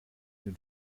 mit